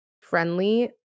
friendly